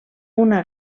una